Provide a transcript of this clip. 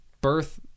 birth